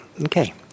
okay